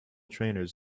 trainers